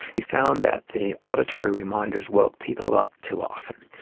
we found that the auditory reminders woke people up too often.